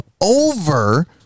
over